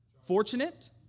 Fortunate